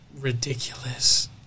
ridiculous